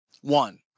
one